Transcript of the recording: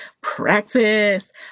practice